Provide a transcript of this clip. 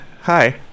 Hi